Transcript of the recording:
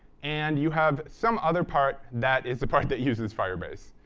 and you have some other part that is the part that uses firebase.